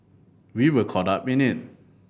we were caught up in